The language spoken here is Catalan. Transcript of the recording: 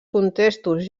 contextos